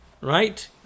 Right